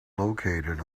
located